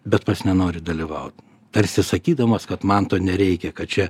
bet pats nenori dalyvaut tarsi sakydamas kad man to nereikia kad čia